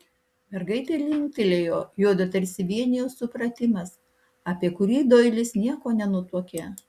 mergaitė linktelėjo juodu tarsi vienijo supratimas apie kurį doilis nieko nenutuokė